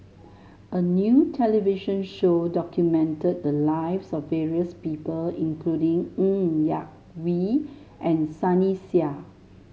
a new television show documented the lives of various people including Ng Yak Whee and Sunny Sia